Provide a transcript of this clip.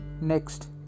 Next